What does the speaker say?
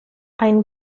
ein